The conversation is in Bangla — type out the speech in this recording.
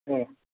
হ্যাঁ